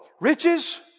Riches